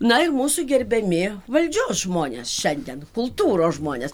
na ir mūsų gerbiami valdžios žmonės šiandien kultūros žmonės